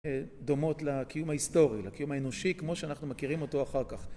דומות לקיום ההיסטורי לקיום האנושי כמו שאנחנו מכירים אותו אחר כך